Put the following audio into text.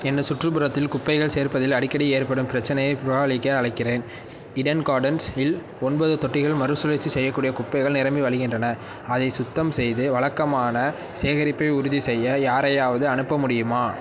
எனது சுற்றுப்புறத்தில் குப்பைகள் சேர்ப்பதில் அடிக்கடி ஏற்படும் பிரச்சினையைப் புகாரளிக்க அழைக்கிறேன் இடன் கார்டன்ஸ் இல் ஒன்பது தொட்டிகள் மறுசுழற்சி செய்யக்கூடிய குப்பைகள் நிரம்பி வழிகின்றன அதை சுத்தம் செய்து வழக்கமான சேகரிப்பை உறுதிசெய்ய யாரையாவது அனுப்ப முடியுமா